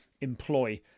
employ